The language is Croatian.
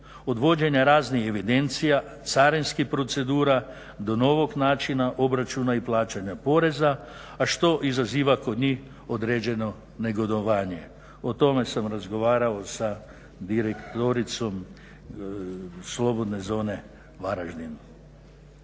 Od vođenja raznih evidencija, carinskih procedura, do novog načina obračuna i plaćanja poreza a što izaziva kod njih određeno negodovanje. O tome sam razgovarao sa direktoricom slobodne zone Varaždin.